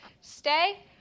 stay